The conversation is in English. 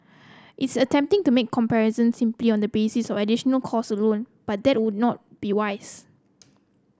it's a tempting to make comparison simply on the basis of additional cost alone but that would not be wise